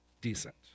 decent